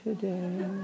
today